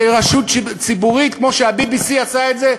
כרשות ציבורית, כמו שה-BBC עשה את זה בלונדון,